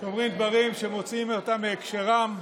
שאומרים דברים ומוציאים אותם מהקשרם.